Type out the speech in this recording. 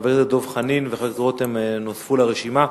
חבר הכנסת דב חנין וחבר הכנסת רותם נוספו לרשימה.